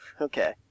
Okay